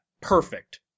Perfect